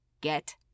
Get